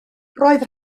roedd